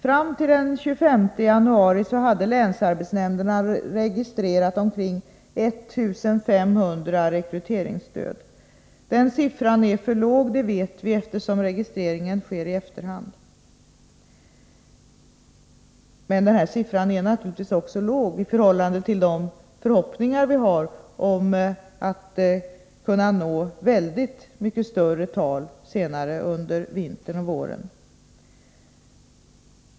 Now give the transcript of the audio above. Fram till den 25 januari hade länsarbetsnämnderna registrerat omkring 1500 rekryteringsstöd. Vi vet att den siffran är för låg, eftersom registreringen sker i efterhand. Siffran är naturligtvis också låg i förhållande till de förhoppningar vi har om att kunna nå mycket större tal under vintern och våren.